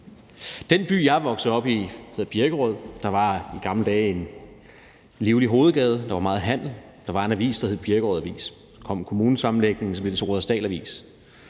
Den by, jeg er vokset op i, hedder Birkerød. Der var i gamle dage en livlig hovedgade. Der var meget handel. Der var en avis, der hed Birkerød Avis. Så kom kommunesammenlægningen, og så blev det til Rudersdal Avis.